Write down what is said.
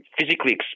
physically